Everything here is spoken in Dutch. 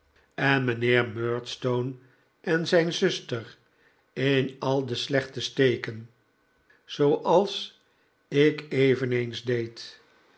en mijnheer murdstone en zijn zuster in al de slechte te steken zooals ik eveneens deed